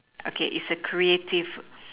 okay it's a creative